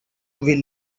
will